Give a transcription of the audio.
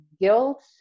guilt